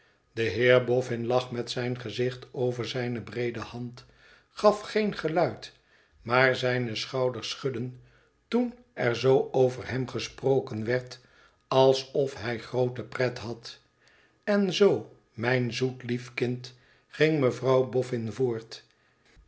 de heer boffin lag met zijn gezicht over zijne breede hand gaf geen geluid maar zijne schouders schudden toen er zoo over hem gesproken werd alsof hij groote pret had en zoo mijn zoet lief kind ging mevrouw boffin voort